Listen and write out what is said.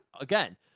again